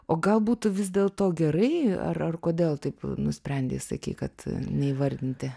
o galbūt vis dėlto gerai ar ar kodėl taip nusprendei sakyk kad neįvardinti